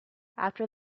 after